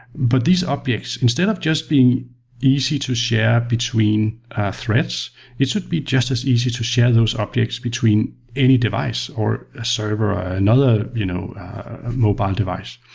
but these objects, instead of just being easy to share between ah threads, it should be just as easy to share those objects between any device, or a server, or another you know mobile device.